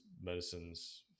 medicines